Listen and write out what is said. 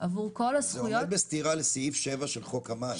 סעיף 7 עומד בסתירה לחוק המים.